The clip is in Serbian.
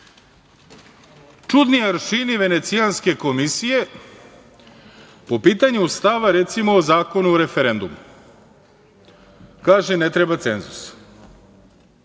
rade. Čudni aršini Venecijanske komisije po pitanju stava, recimo o Zakonu o referendumu. Kaže – ne treba cenzus,